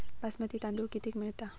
बासमती तांदूळ कितीक मिळता?